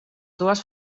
dues